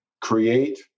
create